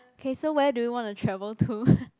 K so where do you want to travel to